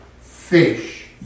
fish